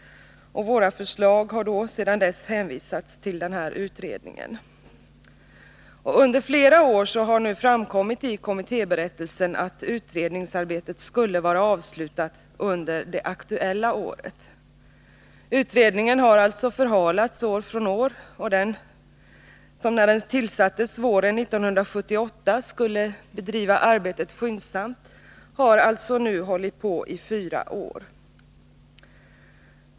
Våra förslag har sedan dess hänvisats till denna utredning. Under flera år har det framkommit i kommittéberättelsen att utredningsarbetet skulle vara avslutat under det aktuella året. Utredningen har alltså förhalats år från år. Den tillsattes våren 1978 och skulle bedriva arbetet skyndsamt men har alltså nu hållit på i fyra år.